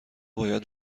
باید